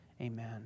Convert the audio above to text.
Amen